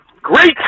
Great